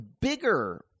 bigger